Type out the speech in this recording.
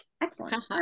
Excellent